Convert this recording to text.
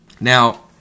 Now